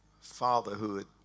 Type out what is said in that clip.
fatherhood